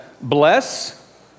bless